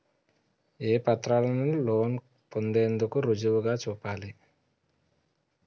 ఏ పత్రాలను లోన్ పొందేందుకు రుజువుగా చూపాలి?